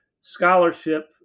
scholarship